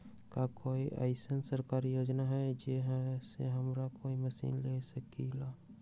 का कोई अइसन सरकारी योजना है जै से हमनी कोई मशीन ले सकीं ला?